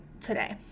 today